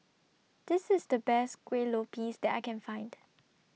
This IS The Best Kuih Lopes that I Can Find